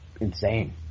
insane